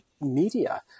media